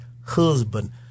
husband